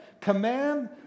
command